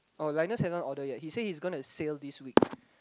oh Lynas haven't order yet he say he's gonna sail this week